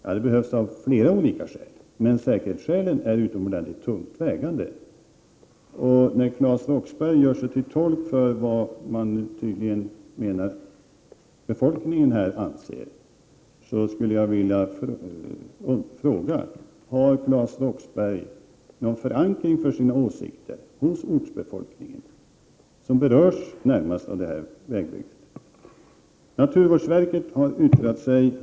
— Vägen behövs av flera olika skäl, men säkerhetsskälen är utomordentligt tungt vägande. När Claes Roxbergh gör sig till tolk för vad han tydligen menar att befolkningen anser, skulle jag vilja fråga: Har Claes Roxbergh någon förankring för sina åsikter hos ortsbefolkningen, som närmast berörs av detta vägbygge? Naturvårdsverket har yttrat sig.